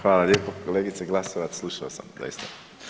Hvala lijepo, kolegice Glasovac, slušao sam doista.